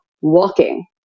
walking